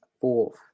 fourth